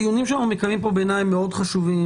הדיונים שאנחנו מקיימים פה בעיניי מאוד חשובים,